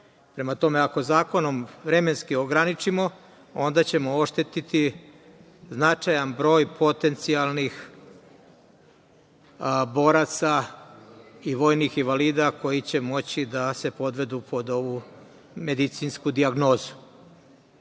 tome ako zakonom vremenski ograničimo, onda ćemo oštetiti značajan broj potencijalnih boraca i vojnih invalida koji će moći da se podvedu pod ovu medicinsku dijagnozu. Treba